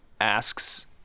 asks